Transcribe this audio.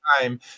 time